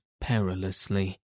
perilously